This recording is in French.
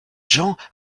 gens